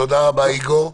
תודה רבה, איגור.